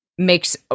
makes